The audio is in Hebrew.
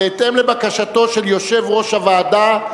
בהתאם לבקשתו של יושב-ראש הוועדה,